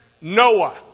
Noah